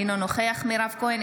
אינו נוכח מירב כהן,